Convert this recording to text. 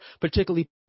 particularly